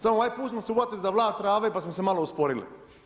Samo ovaj put smo se uhvatili za vlat trave, pa smo se malo usporili.